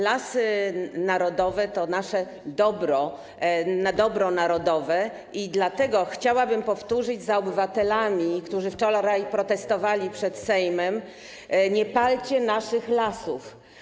Lasy narodowe to nasze dobro narodowe i dlatego chciałabym powtórzyć za obywatelami, którzy wczoraj protestowali przed Sejmem: nie palcie naszych lasów.